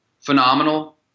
phenomenal